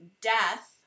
death